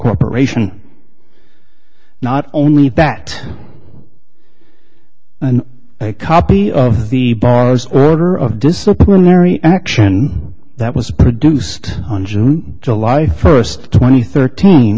corporation not only that copy of the bar's order of disciplinary action that was produced on june july first twenty thirteen